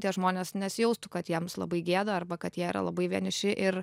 tie žmonės nesijaustų kad jiems labai gėda arba kad jie yra labai vieniši ir